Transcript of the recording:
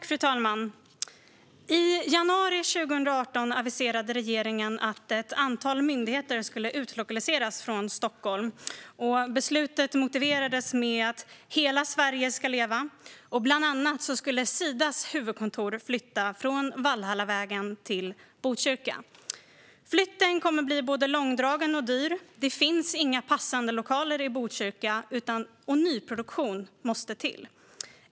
Fru talman! I januari 2018 aviserade regeringen att ett antal myndigheter skulle utlokaliseras från Stockholm. Beslutet motiverades med att hela Sverige ska leva. Bland annat skulle Sidas huvudkontor flytta från Valhallavägen till Botkyrka. Flytten kommer att bli både långdragen och dyr. Det finns inga passande lokaler i Botkyrka, utan nyproduktion måste till.